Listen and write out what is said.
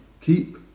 keep